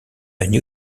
new